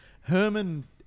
Herman